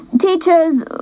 Teachers